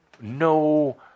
no